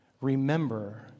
remember